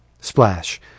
splash